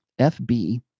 FB